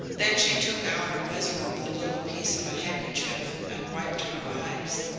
then she took out a miserable little piece of a handkerchief and wiped her eyes.